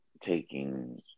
taking